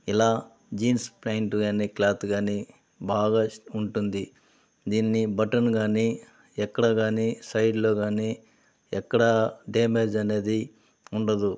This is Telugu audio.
ఇలా జీన్స్ ప్యాంటు కానీ క్లాతు కానీ బాగా ఉంటుంది దీని బటన్ కానీ ఎక్కడా కానీ సైడులో కానీ ఎక్కడా డ్యామెజ్ అనేది ఉండదు